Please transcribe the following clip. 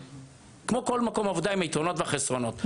כמו כל מקום עבודה עם היתרונות והחסרונות,